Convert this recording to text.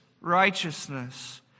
righteousness